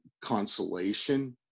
consolation